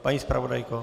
Paní zpravodajko?